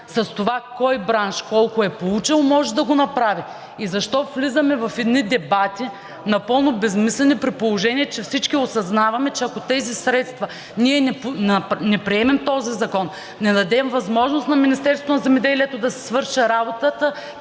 с това кой бранш колко е получил, може да го направи. И защо влизаме в едни дебати, напълно безсмислени, при положение че всички осъзнаваме, че ако ние не приемем този закон, не дадем възможност на Министерството